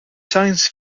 science